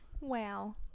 Wow